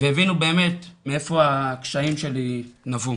והבינו באמת מאיפה הקשיים שלי נבעו.